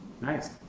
Nice